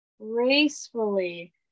gracefully